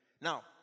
Now